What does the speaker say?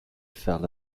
fell